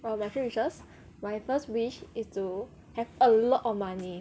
err my three wishes my first wish is to have a lot of money